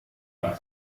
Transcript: par